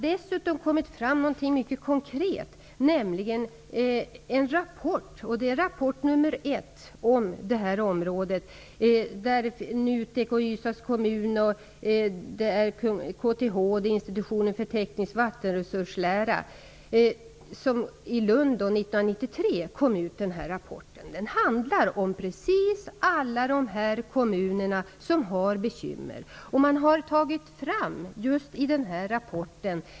Dessutom har något mycket konkret kommit fram. Nämligen rapport nummer 1 om det här området. Nutek, Ystads kommun, KTH och Institutionen för teknisk vattenresurslära gav ut den här rapporten i Lund 1993. Den handlar om alla de kommuner som har sådana här bekymmer.